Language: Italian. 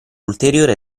ulteriore